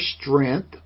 strength